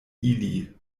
ili